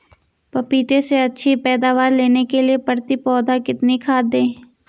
पपीते से अच्छी पैदावार लेने के लिए प्रति पौधा कितनी खाद दें?